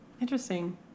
Interesting